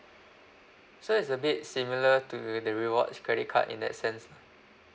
so is a bit similar to the rewards credit card in that sense